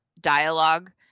dialogue